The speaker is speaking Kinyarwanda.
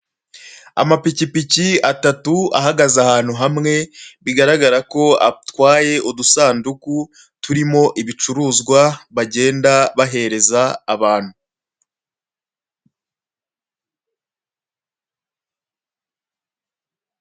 Amapikipiki atatu ahagaze ahantu hamwe, bigaragara ko atwaye udusanduku turimo ibicuruzwa, bagenda bahereza abantu.